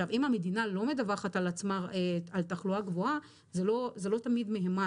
אם המדינה לא מדווחת על עצמה על תחלואה גבוהה זה לא תמיד מהימן,